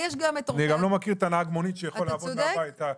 אני גם לא מכיר את נהג המונית שיכול לעבוד מהבית.